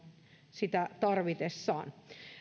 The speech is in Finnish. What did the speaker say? sitä tarvitessaan